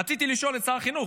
רציתי לשאול את שר החינוך,